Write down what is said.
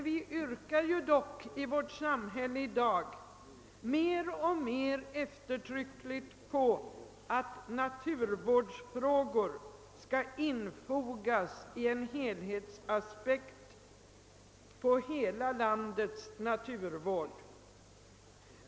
Vi kräver emellertid i vårt samhälle av i dag mer och mer eftertryckligt, att naturvårdsfrågorna skall infogas i en helhetsaspekt på hela landets naturvård.